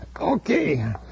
Okay